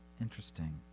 interesting